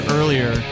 earlier